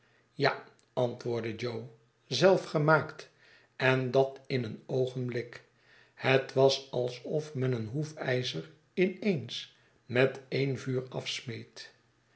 ja antwoordde jo zelf gemaakt en dat in een oogenblik het was alsof men een hoefijzer in eens met en vuur